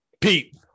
Pete